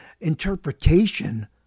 interpretation